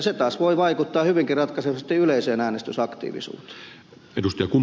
se taas voi vaikuttaa hyvinkin ratkaisevasti yleiseen äänestysaktiivisuuteen